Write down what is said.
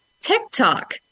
TikTok